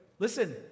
listen